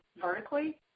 vertically